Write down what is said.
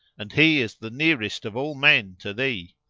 and he is the nearest of all men to thee!